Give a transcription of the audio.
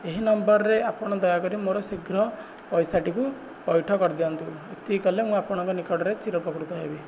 ଏହି ନମ୍ବରରେ ଆପଣ ଦୟାକରି ମୋର ଶୀଘ୍ର ପଇସାଟିକୁ ପୈଠ କରିଦିଅନ୍ତୁ ଏତିକି କଲେ ମୁଁ ଆପଣଙ୍କ ନିକଟରେ ଚିର ଉପକୃତ ହେବି